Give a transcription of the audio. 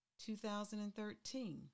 2013